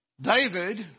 David